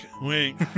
wink